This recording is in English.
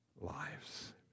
lives